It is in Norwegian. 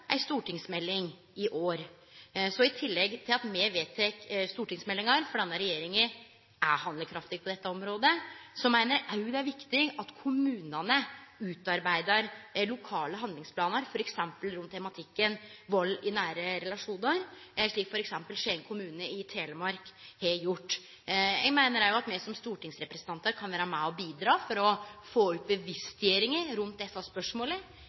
ei stortingsmelding i år. Så i tillegg til at me vedtek stortingsmeldingar – for denne regjeringa er handlekraftig på dette området – meiner eg det er viktig at kommunane utarbeider lokale handlingsplanar, f.eks. rundt tematikken vald i nære relasjonar, slik f.eks. Skien kommune i Telemark har gjort. Eg meiner òg at me som stortingsrepresentantar kan vere med og bidra til å auke bevisstgjeringa rundt desse spørsmåla.